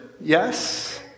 Yes